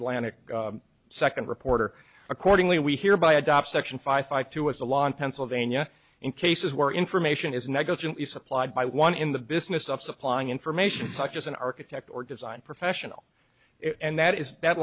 atlantic second reporter accordingly we hereby adopt section five two as a law in pennsylvania in cases where information is negligently supplied by one in the business of supplying information such as an architect or design professional and that is that